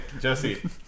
Jesse